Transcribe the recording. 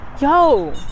Yo